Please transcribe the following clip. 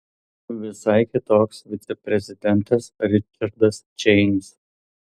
visai kitoks viceprezidentas ričardas čeinis